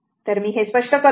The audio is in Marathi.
तर मी हे स्पष्ट करतो